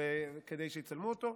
כדי שיצלמו אותו.